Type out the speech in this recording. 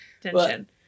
tension